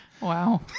Wow